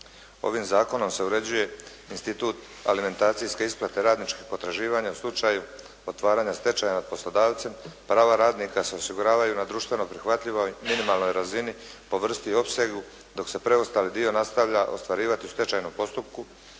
Ovim zakonom se uređuje institut alimentacijske isplate radničkih potraživanja u slučaju otvaranja stečaja nad poslodavcem. Prava radnika se osiguravaju na društveno prihvatljivoj minimalnoj razini po vrsti i opsegu dok se preostali dio nastavlja ostvarivati u stečajnom postupku.